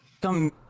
Come